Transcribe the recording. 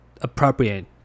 appropriate